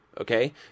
Okay